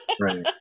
right